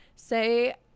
Say